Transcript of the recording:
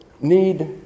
need